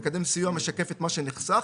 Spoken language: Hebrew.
מקדם סיוע משקף את מה שנחסך,